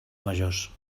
majors